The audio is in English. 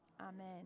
Amen